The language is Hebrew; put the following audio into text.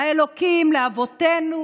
האלוקים לאבותינו